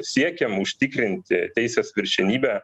siekėm užtikrinti teisės viršenybę